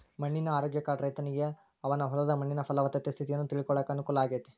ಮಣ್ಣಿನ ಆರೋಗ್ಯ ಕಾರ್ಡ್ ರೈತನಿಗೆ ಅವನ ಹೊಲದ ಮಣ್ಣಿನ ಪಲವತ್ತತೆ ಸ್ಥಿತಿಯನ್ನ ತಿಳ್ಕೋಳಾಕ ಅನುಕೂಲ ಆಗೇತಿ